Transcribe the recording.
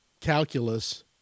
calculus